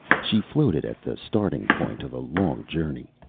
she floated at the starting point of a long journey,